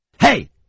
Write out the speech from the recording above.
Hey